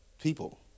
people